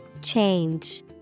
change